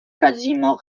quasiment